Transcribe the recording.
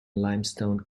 limestone